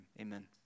Amen